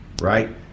right